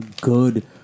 good